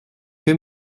que